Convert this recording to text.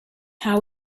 how